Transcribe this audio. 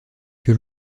que